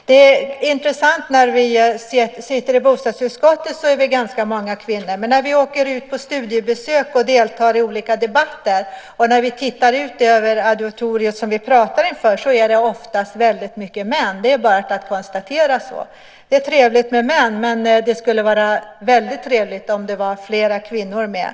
Det är intressant att vi som sitter i bostadsutskottet är ganska många kvinnor, men när vi åker ut på studiebesök, deltar i olika debatter och tittar ut över det auditorium som vi pratar inför ser vi att det oftast är väldigt många män. Det är bara att konstatera att det är så. Det är trevligt med män, men det skulle vara väldigt trevligt om det vore fler kvinnor med.